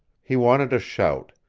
he wanted to shout.